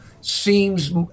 seems